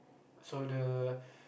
so the